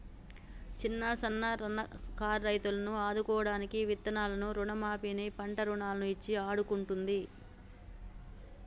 చిన్న సన్న కారు రైతులను ఆదుకోడానికి విత్తనాలను రుణ మాఫీ ని, పంట రుణాలను ఇచ్చి ఆడుకుంటుంది